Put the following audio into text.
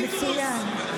מצוין.